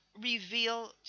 reveal